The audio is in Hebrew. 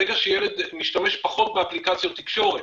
ברגע שילד משתמש פחות באפליקציות תקשורת,